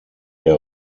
der